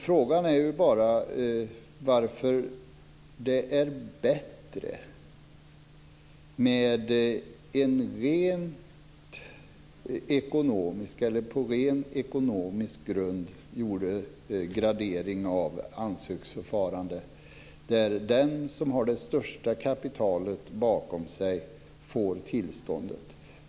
Frågan är bara varför det är bättre med en på rent ekonomiskt grund gjord gradering i ansöksförfarandet där den som har det största kapitalet bakom sig får tillståndet.